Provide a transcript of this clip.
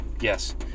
yes